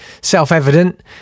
self-evident